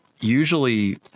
usually